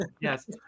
Yes